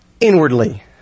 inwardly